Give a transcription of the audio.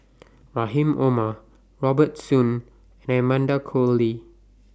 Rahim Omar Robert Soon and Amanda Koe Lee